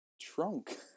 trunk